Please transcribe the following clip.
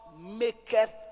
maketh